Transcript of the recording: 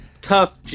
tough